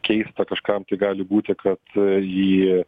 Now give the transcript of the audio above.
keista kažkam gali būti kad jį